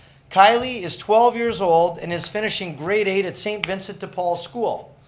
kylie is twelve years old and is finishing grade eight at st. vincent de paul school.